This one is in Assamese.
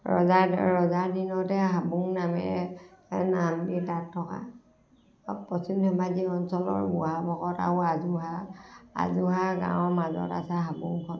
ৰজা ৰজা দিনতে হাবুং নামে নাম দি তাত থকা পশ্চিম ধেমাজি অঞ্চলৰ ৱাহ ভকত আৰু আজোহা আজোহা গাঁৱৰ মাজত আছে হাবুঙখন